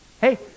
Hey